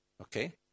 Okay